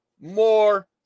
more